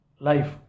Life